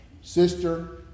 sister